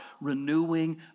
renewing